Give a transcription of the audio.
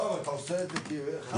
אתה עושה את זה- - לא,